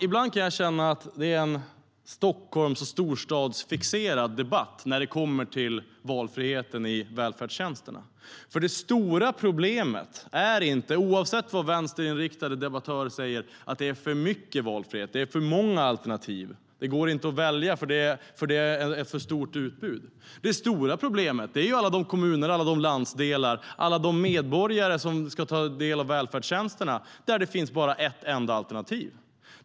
Ibland kan jag känna att det är en Stockholms och storstadsfixerad debatt när det kommer till valfriheten i välfärdstjänsterna. Oavsett vad vänsterinriktade debattörer säger finns det inte för mycket valfrihet. Det finns inte för många alternativ. Det är inte för stort utbud för att man ska kunna välja. Det stora problemet är ju alla de kommuner, alla de landsdelar, alla de medborgare som ska ta del av välfärdstjänsterna där det bara finns ett enda alternativ.